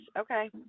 Okay